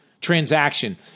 transaction